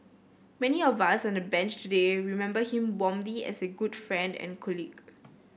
many of us on the Bench today remember him warmly as a good friend and colleague